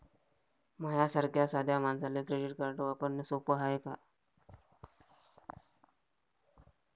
माह्या सारख्या साध्या मानसाले क्रेडिट कार्ड वापरने सोपं हाय का?